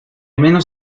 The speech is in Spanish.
menos